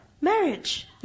Marriage